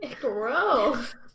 Gross